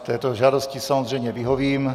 Této žádosti samozřejmě vyhovím.